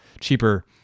cheaper